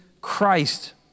Christ